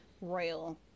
royal